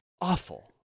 awful